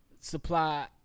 supply